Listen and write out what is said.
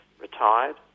Retired